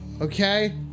okay